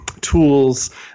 tools